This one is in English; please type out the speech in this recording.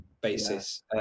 basis